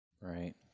Right